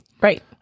Right